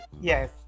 yes